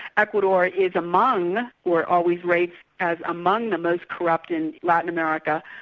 ecuador is among or always rates as among the most corrupt in latin america,